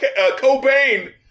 Cobain